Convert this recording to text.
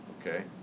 okay